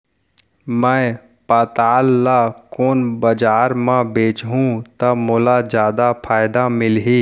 मैं पताल ल कोन बजार म बेचहुँ त मोला जादा फायदा मिलही?